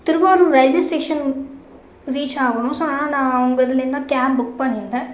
Thiruvarur railway station reach ஆகணும் so அதனால் நான் உங்க இதிலேருந்தான் கேப் புக் பண்ணியிருத்தேன்